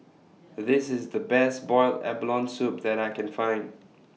This IS The Best boiled abalone Soup that I Can Find